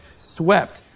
swept